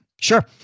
Sure